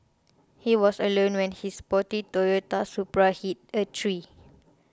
he was alone when his sporty Toyota Supra hit a tree